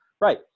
Right